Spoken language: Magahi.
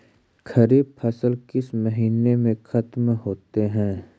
खरिफ फसल किस महीने में ख़त्म होते हैं?